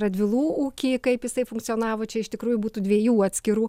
radvilų ūkį kaip jisai funkcionavo čia iš tikrųjų būtų dviejų atskirų